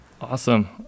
Awesome